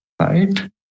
right